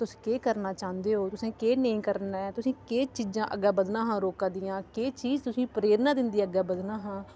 तुस केह् करना चाह्ंदे ओ तुसें केह् नेईं करना ऐ तुसें केह् चीजां अग्गें बधना हा रोका दियां केह् चीज़ तुसेंगी प्रेरणा दिंदी अग्गें बधने हां